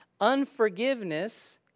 Unforgiveness